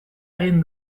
egin